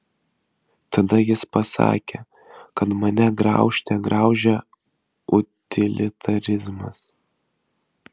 tada jis pasakė kad mane graužte graužia utilitarizmas